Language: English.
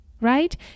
right